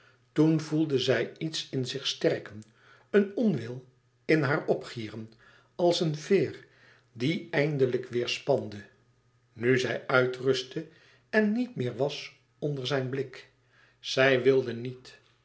toen voelde zij iets in zich sterken een onwil in haar opgieren als een veer die eindelijk weêr spande nu zij uitrustte en niet meer was onder zijn blik zij wilde niet